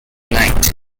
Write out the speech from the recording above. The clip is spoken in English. night